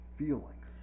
feelings